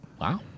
Wow